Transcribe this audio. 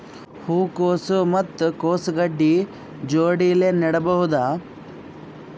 ಹೂ ಕೊಸು ಮತ್ ಕೊಸ ಗಡ್ಡಿ ಜೋಡಿಲ್ಲೆ ನೇಡಬಹ್ದ?